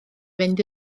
fynd